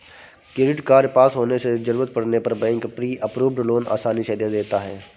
credit card पास होने से जरूरत पड़ने पर बैंक प्री अप्रूव्ड लोन आसानी से दे देता है